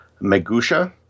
Megusha